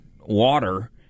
water